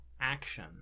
action